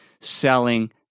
selling